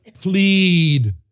plead